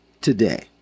today